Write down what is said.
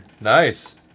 Nice